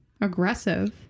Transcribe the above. Aggressive